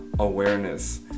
awareness